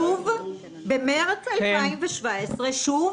במרס 2017 שוב